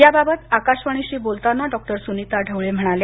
याबाबत आकाशवाणीशी बोलताना डॉ सुनीता ढवाले म्हणाल्या